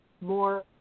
More